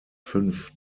fünf